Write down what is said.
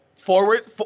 Forward